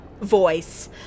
voice